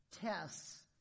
tests